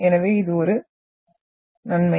எனவே இது ஒரு நன்மை